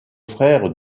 frère